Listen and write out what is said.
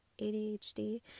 ADHD